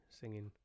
singing